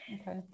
Okay